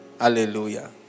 Hallelujah